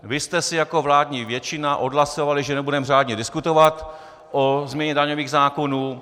Vy jste si jako vládní většina odhlasovali, že nebudeme řádně diskutovat o změně daňových zákonů.